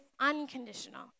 unconditional